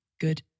good